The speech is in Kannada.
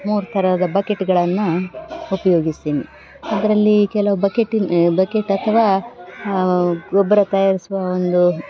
ಮೂರು ಥರದ ಬಕೆಟ್ಗಳನ್ನು ಉಪಯೋಗಿಸ್ತೀನಿ ಅದರಲ್ಲಿ ಕೆಲವು ಬಕೆಟ್ ಬಕೆಟ್ ಅಥವಾ ಗೊಬ್ಬರ ತಯಾರಿಸುವ ಒಂದು